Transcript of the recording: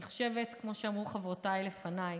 אני חושבת, כמו שאמרו חברותיי לפניי,